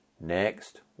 next